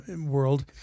world